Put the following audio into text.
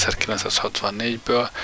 1964-ből